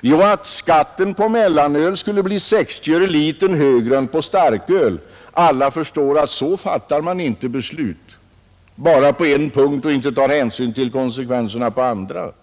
Jo, att skatten på mellanöl skulle bli 60 öre högre per liter än skatten på starköl. Alla förstår att man inte fattar beslut bara på en punkt utan att ta hänsyn till konsekvenserna på andra punkter.